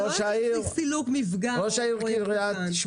זה לא רק סילוק מפגע או תיקון קטן.